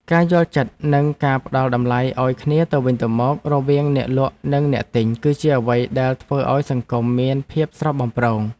ការយល់ចិត្តនិងការផ្ដល់តម្លៃឱ្យគ្នាទៅវិញទៅមករវាងអ្នកលក់និងអ្នកទិញគឺជាអ្វីដែលធ្វើឱ្យសង្គមមានភាពស្រស់បំព្រង។